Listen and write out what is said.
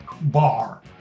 bar